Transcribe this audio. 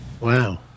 Wow